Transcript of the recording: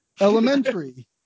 Elementary